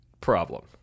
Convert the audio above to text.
problem